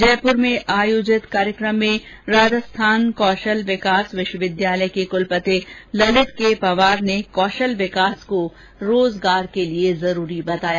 जयपुर में आयोजित कार्यक्रम में राजस्थान कौशल विकास विश्वविद्यालय के कुलपति ललित के पवार ने कौशल विकास को रोजगार के लिए जरूरी बताया